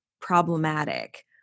problematic